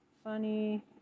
Funny